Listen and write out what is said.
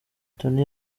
tonny